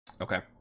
okay